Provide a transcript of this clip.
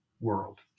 world